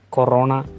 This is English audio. Corona